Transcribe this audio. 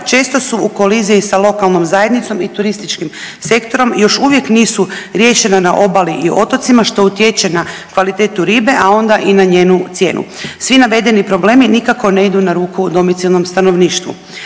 često su u koliziji sa lokalnom zajednicom i turističkim sektorom i još uvijek nisu riješena na obali i otocima, što utječe na kvalitetu ribe, a onda i na njenu cijenu. Svi navedeni problemi nikako ne idu na ruku domicilnom stanovništvu.